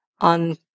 on